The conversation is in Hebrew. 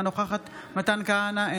אינה נוכחת מתן כהנא,